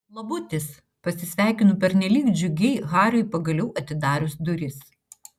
labutis pasisveikinu pernelyg džiugiai hariui pagaliau atidarius duris